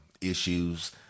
issues